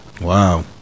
Wow